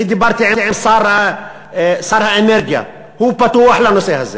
אני דיברתי עם שר האנרגיה, והוא פתוח לנושא הזה.